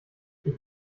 ich